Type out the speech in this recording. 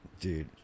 Dude